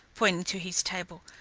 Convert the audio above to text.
pointing to his table.